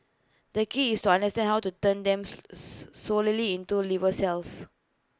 the key is to understand how to turn them solely into liver cells